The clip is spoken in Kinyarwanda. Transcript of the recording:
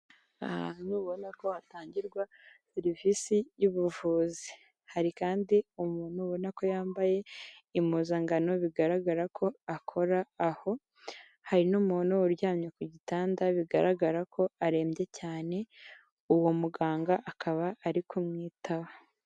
Ahantu ubona ko hatangirwa serivisi y'ubuvuzi, hari kandi umuntu ubona ko yambaye impuzangano bigaragara ko akora aho, hari n'umuntu uryamye ku gitanda bigaragara ko arembye cyane uwo muganga akaba ari kumwitaba.